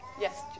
Yes